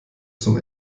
zum